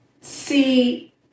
see